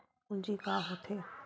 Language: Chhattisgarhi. पूंजी का होथे?